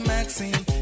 Maxine